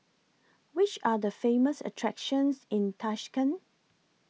Which Are The Famous attractions in Tashkent